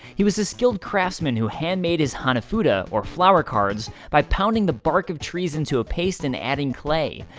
he was a skilled craftsman who handmade his hanafuda or flower cards by pounding the bark of trees into a paste and adding clay.